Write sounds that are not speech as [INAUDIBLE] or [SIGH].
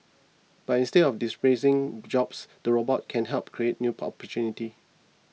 but instead of displacing jobs the robots can help create new [UNINTELLIGIBLE] opportunities